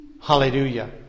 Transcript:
Hallelujah